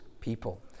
people